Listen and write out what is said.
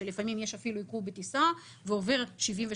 לפעמים יש אפילו עיכוב בטיסה ועוברים 73